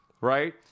right